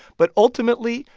but ultimately,